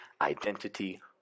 identity